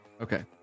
Okay